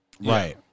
right